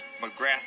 McGrath